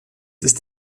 ist